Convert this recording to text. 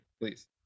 please